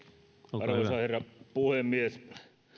arvoisa herra puhemies